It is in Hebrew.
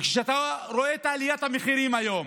כשאתה רואה את עליית המחירים היום,